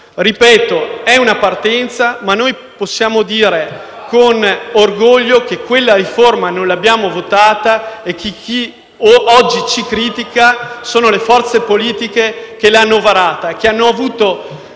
Ripeto: è una partenza, ma possiamo dire con orgoglio che quella riforma non l'abbiamo votata e chi oggi ci critica sono le forze politiche che l'hanno varata e hanno avuto